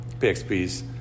PXP's